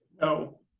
no